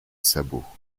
sabot